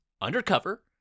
undercover